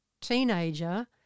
teenager